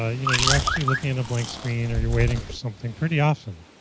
ah you know you're actually looking at a blank screen or you're waiting for something pretty awesome.